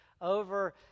over